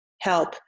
help